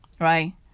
right